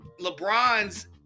LeBron's